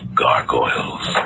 gargoyles